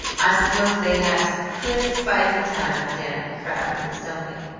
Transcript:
i suppose they have some pretty spicy times down at the frat rooms, don't they?